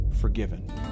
forgiven